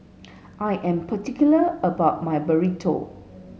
I am particular about my Burrito